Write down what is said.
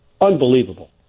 unbelievable